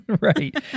Right